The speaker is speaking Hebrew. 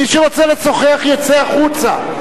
מי שרוצה לשוחח, יצא החוצה.